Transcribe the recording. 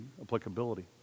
applicability